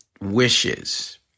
wishes